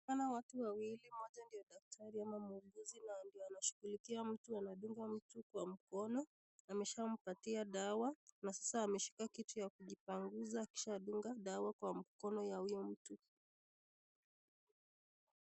Hawa ni watu wawili, mmoja ndiye daktari ama muuguzi na ndiye anashughulikia mtu, anadunga mtu kwa mkono, ameshampatia dawa na sasa ameshika kitu ya kujipanguza akishadunga dawa kwa mkono ya huyo mtu.